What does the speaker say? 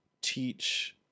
teach